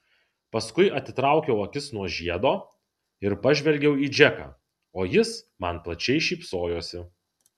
paskui atitraukiau akis nuo žiedo ir pažvelgiau į džeką o jis man plačiai šypsojosi